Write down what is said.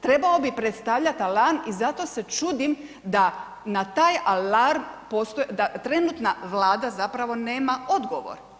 Trebao bi predstavljati alarm i zato se čudim da na taj alarm, da trenutna Vlada zapravo nema odgovor.